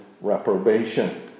reprobation